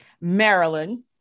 Maryland